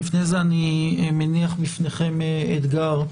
לפני כן אני מניח לפניכם אתגר.